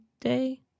Day